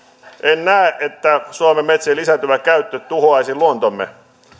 en näe että suomen metsien lisääntyvä käyttö tuhoaisi luontomme